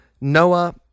Noah